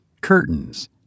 curtains